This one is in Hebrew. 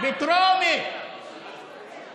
בטרומית, אנשים טובים,)